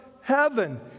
heaven